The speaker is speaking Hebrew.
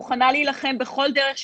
אני מוכנה להילחם בכל דרך שתרצי.